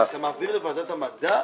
לא הבנתי אתה מעביר לוועדת המדע?